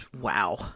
wow